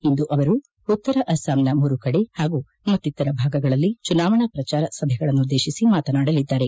ಇಂದು ಅವರು ಉತ್ತರ ಅಸ್ಸಾಂನ ಮೂರು ಕಡೆ ಹಾಗೂ ಮತ್ತಿತರ ಭಾಗಗಳಲ್ಲಿ ಚುನಾವಣಾ ಪ್ರಚಾರ ಸಭೆಗಳನ್ನುದ್ದೇಶಿಸಿ ಮಾತನಾಡಲಿದ್ದಾರೆ